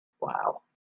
Wow